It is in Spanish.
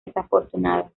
desafortunada